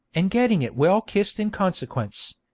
and getting it well kissed in consequence.